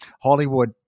Hollywood